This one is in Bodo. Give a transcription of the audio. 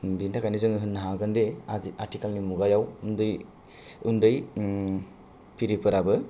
बिनि थाखायनो जोङो होन्नो हागोनदि आ आथिखालनि मुगायाव उन्दै उन्दै फिरिफोराबो